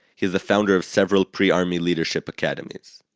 he is the founder of several pre-army leadership academies.